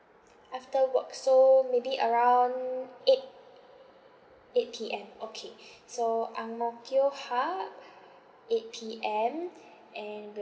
after work so maybe around eight eight P_M okay so ang mo kio hub eight P_M and will